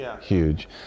huge